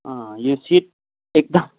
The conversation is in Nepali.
यो सिट एकदम